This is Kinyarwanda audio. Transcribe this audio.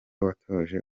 watoje